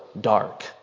dark